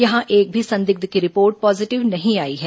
यहां एक भी संदिग्ध की रिपोर्ट पॉजीटिव नहीं आई है